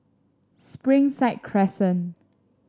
Springside Crescent